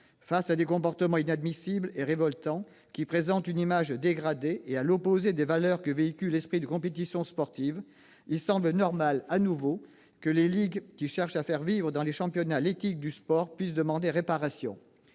Face à des comportements inadmissibles et révoltants, qui présentent une image dégradée et à l'opposé des valeurs que véhicule l'esprit de compétition sport, il semble normal que les ligues, qui cherchent à faire vivre dans les championnats l'éthique du sport, puissent demander réparation.